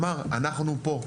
אמר אנחנו פה.